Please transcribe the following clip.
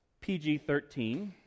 PG-13